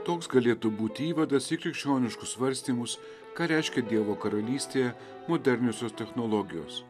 toks galėtų būti įvadas į krikščioniškus svarstymus ką reiškia dievo karalystėje moderniosios technologijos